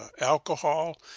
alcohol